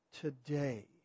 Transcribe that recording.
Today